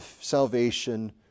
salvation